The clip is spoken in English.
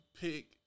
pick